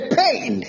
pain